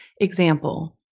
example